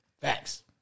Facts